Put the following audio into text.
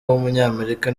w’umunyamerika